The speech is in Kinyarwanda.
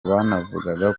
banavuga